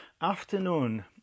afternoon